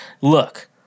look